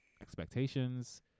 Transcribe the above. expectations